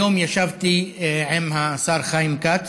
היום ישבתי עם השר חיים כץ,